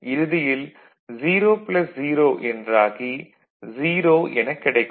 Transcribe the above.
இறுதியில் 0 ப்ளஸ் 0 என்றாகி 0 எனக் கிடைக்கும்